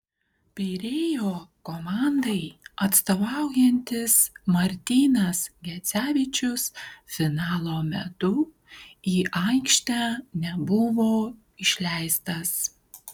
pirėjo komandai atstovaujantis martynas gecevičius finalo metu į aikštę nebuvo išleistas